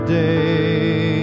day